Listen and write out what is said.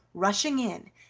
rushing in,